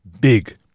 big